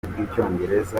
rw’icyongereza